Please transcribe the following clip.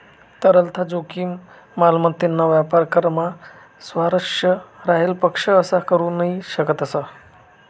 तरलता जोखीम, मालमत्तेना व्यापार करामा स्वारस्य राहेल पक्ष असा करू नही शकतस